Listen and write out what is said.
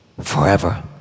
forever